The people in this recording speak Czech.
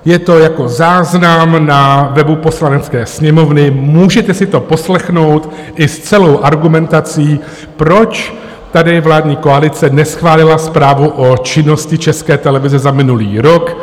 Je to jako záznam na webu Poslanecké sněmovny, můžete si to poslechnout i s celou argumentací, proč tady vládní koalice neschválila zprávu o činnosti České televize za minulý rok.